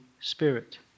Spirit